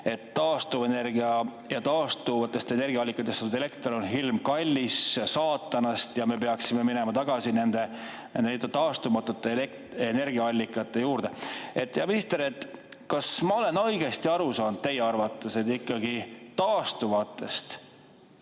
et taastuvenergia ja taastuvatest energiaallikatest toodetud elekter on hirmkallis, saatanast, ja me peaksime minema tagasi nende nii-öelda taastumatute energiaallikate juurde. Hea minister! Kas ma olen õigesti aru saanud, et teie arvates on ikkagi taastuvatest